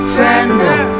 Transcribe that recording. tender